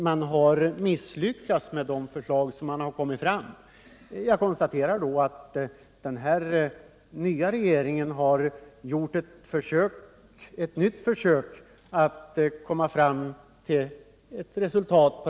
Man har misslyckats med de förslag som hittills kommit fram. Jag konstaterar emellertid att den nya regeringen har gjort ett nytt försök att nå resultat.